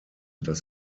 das